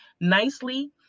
nicely